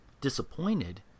Disappointed